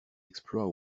exploits